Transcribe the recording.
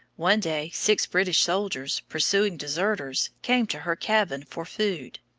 one day six british soldiers, pursuing deserters, came to her cabin for food.